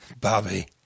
Bobby